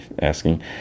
asking